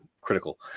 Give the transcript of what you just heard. critical